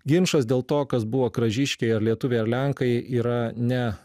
ginčas dėl to kas buvo kražiškiai ar lietuviai ar lenkai yra ne